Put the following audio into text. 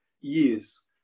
years